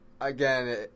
again